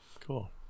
Cool